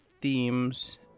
themes